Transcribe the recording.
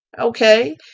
Okay